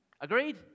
Agreed